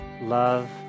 love